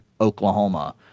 Oklahoma